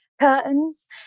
curtains